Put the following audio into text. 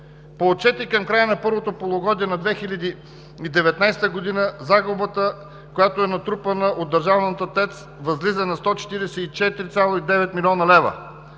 По отчети към края на първото полугодие на 2019 г. загубата, която е натрупана от държавната ТЕЦ, възлиза на 144,9 млн. лв.